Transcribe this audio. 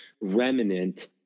remnant